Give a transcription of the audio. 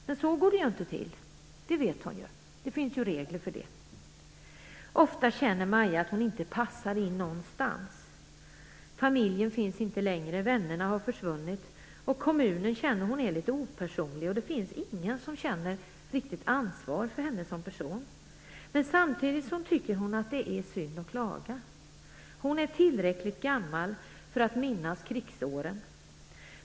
Men så går det inte till, det vet hon ju. Det finns regler för det. Ofta känner Maja att hon inte passar in någonstans. Familjen finns inte längre, vännerna har försvunnit och kommunen känner hon är litet opersonlig. Det finns ingen som riktigt känner ansvar för henne som person. Samtidigt tycker hon att det är synd att klaga. Hon är tillräckligt gammal för att minnas krigsåren.